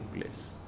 place